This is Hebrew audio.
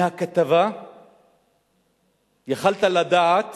מהכתבה יכולת לדעת